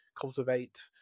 cultivate